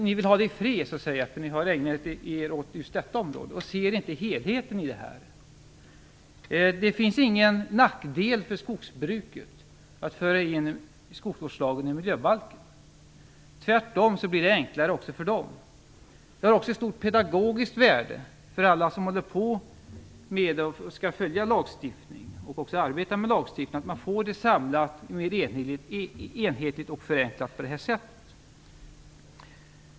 Ni vill ha det i fred, eftersom ni länge har ägnat er åt just detta område, och ni ser inte helheten i det. Det finns ingen nackdel för skogsbruket att föra in skogsvårdslagen i miljöbalken. Det blir tvärtom enklare också för skogsbruket. Det har också ett stort pedagogiskt värde för alla som skall följa lagstiftningen och arbeta med den att man får den samlad, enhetligt och förenklad på detta sätt.